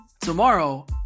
tomorrow